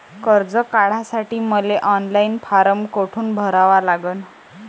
कर्ज काढासाठी मले ऑनलाईन फारम कोठून भरावा लागन?